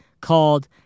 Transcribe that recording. called